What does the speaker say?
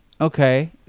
okay